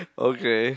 okay